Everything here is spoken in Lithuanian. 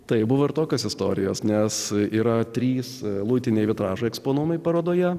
taip buvo ir tokias istorijas nes yra trys lutiniai vitražai eksponuojami parodoje